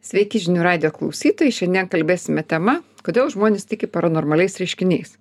sveiki žinių radijo klausytojai šiandien kalbėsime tema kodėl žmonės tiki paranormaliais reiškiniais